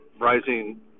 rising